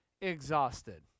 exhausted